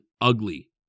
ugly